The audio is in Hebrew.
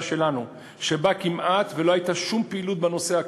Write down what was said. שלנו שכמעט לא הייתה כלל פעילות בנושא.